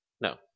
no